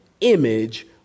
image